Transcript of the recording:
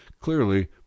Clearly